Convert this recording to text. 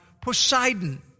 Poseidon